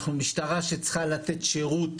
אנחנו משטרה שצריכה לתת שירות